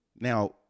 Now